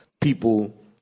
people